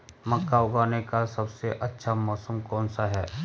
मक्का उगाने का सबसे अच्छा मौसम कौनसा है?